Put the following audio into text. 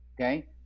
Okay